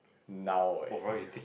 now eh